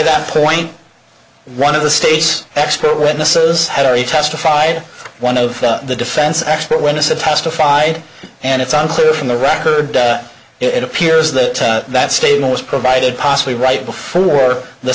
that point one of the state's expert witnesses had already testified one of the defense expert witness a testified and it's unclear from the record it appears that that statement was provided possibly right before the